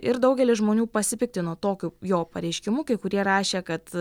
ir daugelis žmonių pasipiktino tokiu jo pareiškimu kai kurie rašė kad